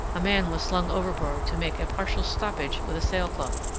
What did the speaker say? a man was slung overboard to make a partial stoppage with a sail-cloth,